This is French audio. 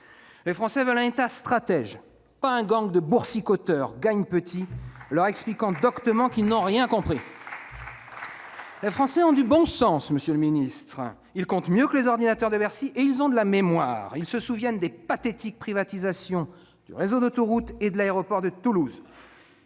Les Français veulent un État stratège, pas un gang de boursicoteurs « gagne-petit » leur expliquant doctement qu'ils n'ont rien compris. Les Français ont du bon sens, ils comptent mieux que les ordinateurs de Bercy et ils ont de la mémoire. Ils se souviennent des pathétiques privatisations du réseau d'autoroutes et de l'aéroport de Toulouse.